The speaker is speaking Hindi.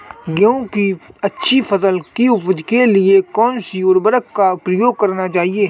गेहूँ की अच्छी फसल की उपज के लिए कौनसी उर्वरक का प्रयोग करना चाहिए?